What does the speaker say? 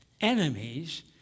enemies